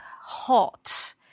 hot